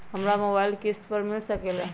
हमरा मोबाइल किस्त पर मिल सकेला?